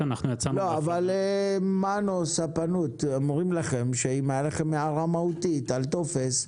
אבל "מנו ספנות" אומרים לכם שאם היתה לכם הערה מהותית על טופס,